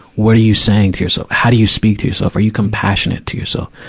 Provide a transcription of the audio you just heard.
what are you saying to yourself? how do you speak to yourself? are you compassionate to yourself?